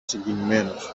συγκινημένος